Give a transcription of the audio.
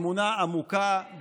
אמונה עמוקה,